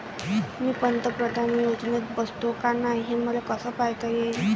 मी पंतप्रधान योजनेत बसतो का नाय, हे मले कस पायता येईन?